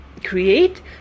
create